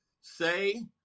say